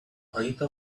anita